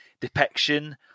depiction